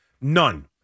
None